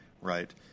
Right